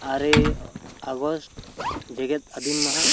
ᱟᱨᱮ August ᱡᱮᱜᱮᱛ ᱟᱹᱫᱤᱢ ᱢᱟᱦᱟ